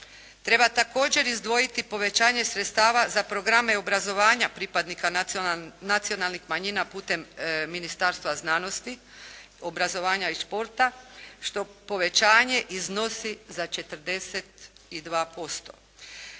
Treba također izdvojiti povećanje sredstava za programe obrazovanja pripadnika nacionalnih manjina putem Ministarstva znanosti, obrazovanja i športa što povećanje iznosi za 42%.